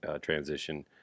transition